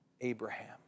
Abraham